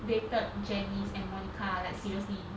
dated janice and monica like seriously